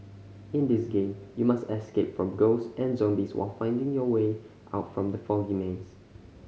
in this game you must escape from ghosts and zombies while finding your way out from the foggy maze